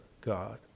God